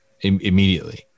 immediately